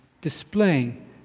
displaying